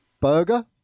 burger